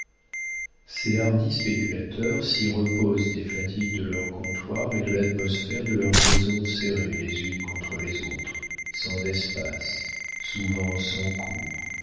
ces hardis spéculateurs s'y reposent des fatigues de leurs comptoirs et de l'atmosphère de leurs maisons serrées les unes contre les autres sans espace souvent sans cour